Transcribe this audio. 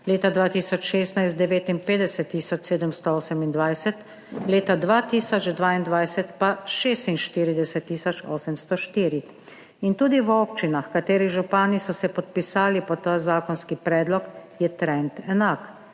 leta 2016 59 tisoč 728, leta 2022 pa 46 tisoč 804. In tudi v občinah, katerih župani so se podpisali pod ta zakonski predlog, je trend enak